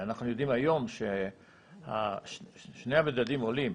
אנחנו יודעים היום ששני המדדים עולים,